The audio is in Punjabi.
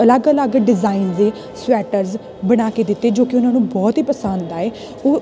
ਅਲੱਗ ਅਲੱਗ ਡਿਜ਼ਾਇਨ ਦੇ ਸਵੈਟਰਜ਼ ਬਣਾ ਕੇ ਦਿੱਤੇ ਜੋ ਕਿ ਉਹਨਾਂ ਨੂੰ ਬਹੁਤ ਹੀ ਪਸੰਦ ਆਏ ਉਹ